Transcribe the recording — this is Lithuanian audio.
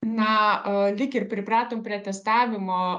na lyg ir pripratom prie testavimo